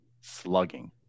slugging